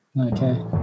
Okay